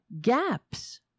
gaps